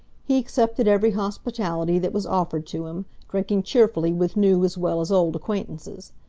he accepted every hospitality that was offered to him, drinking cheerfully with new as well as old acquaintances.